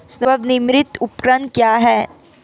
स्वनिर्मित उपकरण क्या है?